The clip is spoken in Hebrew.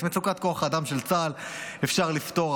את מצוקת כוח האדם של צה"ל אפשר לפתור.